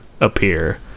appear